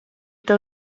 tev